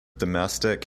domestic